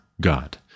God